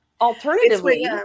Alternatively